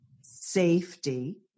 safety